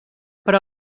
però